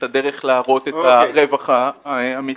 את הדרך להראות את הרווח האמיתי.